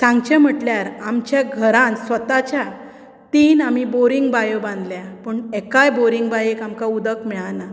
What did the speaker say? सांगचे म्हटल्यार आमच्या घरान स्वताच्या तीन आमी बोरींग बायो बांदल्या पूण एकाय बोरींग बायेक आमकां उदक मेळना